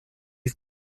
ist